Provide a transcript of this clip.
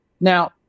Now